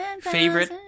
Favorite